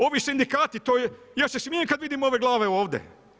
Ovi sindikati, ja se smijem kad vidim ove glave ovde.